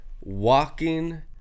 walking